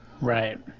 Right